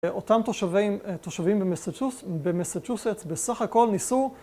אותם תושבים במססצ'וסטס בסך הכל ניסו